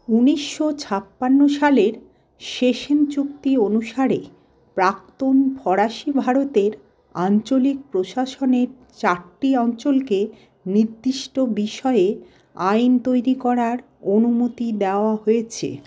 উনিশশো ছাপ্পান্ন সালের সেশন চুক্তি অনুসারে প্রাক্তন ফরাসি ভারতের আঞ্চলিক প্রশাসনের চারটি অঞ্চলকে নির্দিষ্ট বিষয়ে আইন তৈরি করার অনুমতি দেওয়া হয়েছে